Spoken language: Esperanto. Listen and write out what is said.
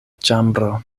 ĉambro